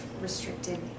restricted